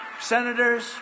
senators